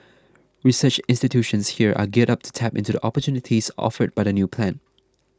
research institutions here are geared up to tap into the opportunities offered by the new plan